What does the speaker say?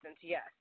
yes